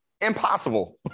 impossible